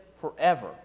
forever